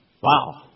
Wow